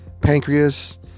pancreas